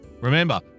Remember